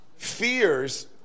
fears